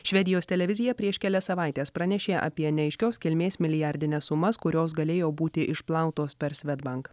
švedijos televizija prieš kelias savaites pranešė apie neaiškios kilmės milijardines sumas kurios galėjo būti išplautos per svedbank